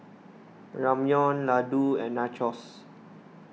Ramyeon Ladoo and Nachos